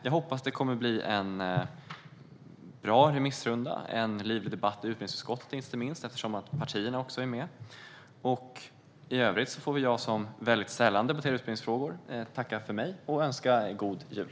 Jag hoppas att remissrundan blir bra och att debatten i inte minst utbildningsutskottet blir livlig; partierna är ju involverade. I övrigt får jag, som väldigt sällan debatterar utbildningsfrågor, tacka för mig och önska en god jul.